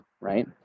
right